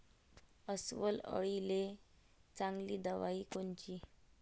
अस्वल अळीले चांगली दवाई कोनची?